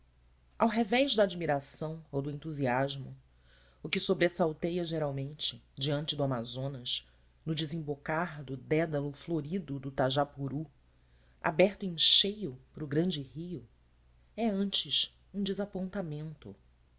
ao revés da admiração ou do entusiasmo o que nos sobressalteia geralmente diante do amazonas no desembocar do dédalo florido do tajapuru aberto em cheio para o grande rio é antes um desapontamento